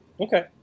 Okay